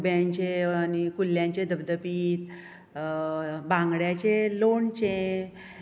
खुब्यांचें आनी कुल्ल्यांचें धबधबीत बांगड्यांचें लोणचें